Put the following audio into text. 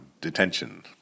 detention